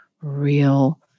real